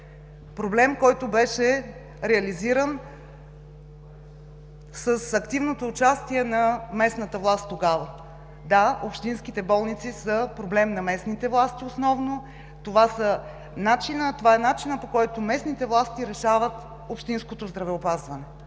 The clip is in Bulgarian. Проблем, който беше реализиран с активното участие на местната власт тогава. Да, общинските болници са проблем на местните власти основно, това е начинът, по който местните власти решават общинското здравеопазване.